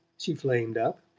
she flamed up.